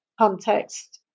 context